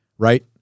right